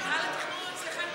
מינהל התכנון הוא אצלכם,